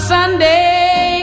Sunday